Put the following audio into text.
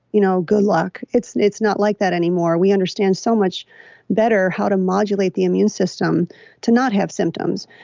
you know good luck. it's it's not like that anymore. we understand so much better how to modulate the immune system to not have symptoms.